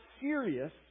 serious